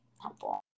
helpful